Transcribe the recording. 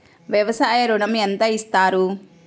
వ్యవసాయ ఋణం ఎంత ఇస్తారు?